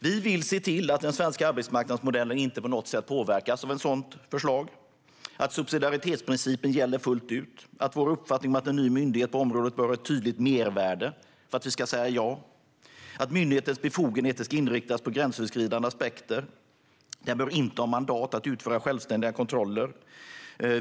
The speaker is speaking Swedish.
Vi vill se till att den svenska arbetsmarknadsmodellen inte på något sätt påverkas av ett sådant förslag, att subsidiaritetsprincipen gäller fullt ut, att vår uppfattning om att en ny myndighet på området bör ha ett tydligt mervärde för att vi ska kunna säga ja och att myndighetens befogenheter bör inriktas på gränsöverskridande aspekter. Den bör inte ha mandat att utföra självständiga kontroller.